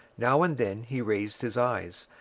now and then he raised his eyes,